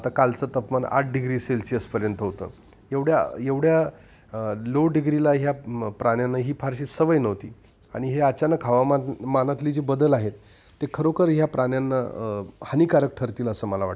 आता कालचं तापमान आठ डिग्री सेल्सियसपर्यंत होतं एवढ्या एवढ्या लो डिग्रीला ह्या प्राण्यांना ही फारशी सवय नव्हती आणि हे अचानक हवामानातली जी बदल आहेत ते खरोखर ह्या प्राण्यांना हानिकारक ठरतील असं मला वाटतं